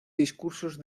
discursos